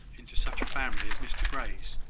into such a family as mr grey's,